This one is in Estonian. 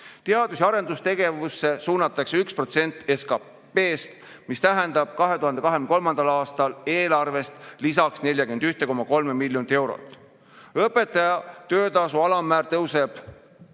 Teadus‑ ja arendustegevusse suunatakse 1% SKP‑st, mis tähendab 2023. aastal eelarvest lisaks 41,3 miljonit eurot. Õpetaja töötasu alammäär tõuseb